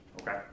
Okay